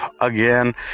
again